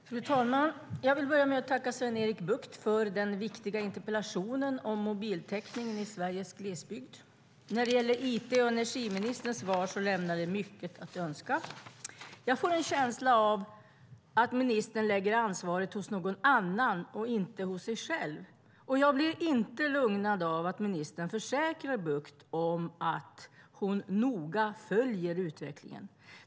Fru talman! Jag vill börja med att tacka Sven-Erik Bucht för den viktiga interpellationen om mobiltelefonitäckning i Sveriges glesbygd. It och energiministerns svar lämnar mycket att önska. Jag får en känsla av att ministern lägger ansvaret hos någon annan och inte hos sig själv. Jag blir inte lugnad av att ministern försäkrar Bucht att hon "noga följer" utvecklingen.